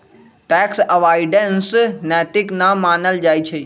tax avoidance नैतिक न मानल जाइ छइ